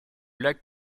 lac